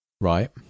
Right